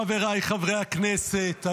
חבריי חברי הכנסת,